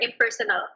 impersonal